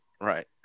Right